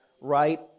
right